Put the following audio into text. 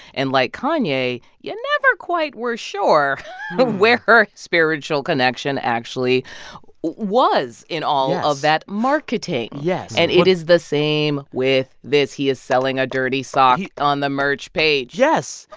and like kanye, you never quite were sure where her spiritual connection actually was in all of that marketing yes and it is the same with this. he is selling a dirty sock on the merch page yes.